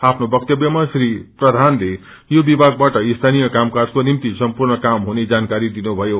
आफ्नो वक्तव्यमा श्री प्रधानले यो विभागबाट स्थानीय कामकाजको निम्ति सम्पूर्ण काम हुने जानकारी दिनुभयो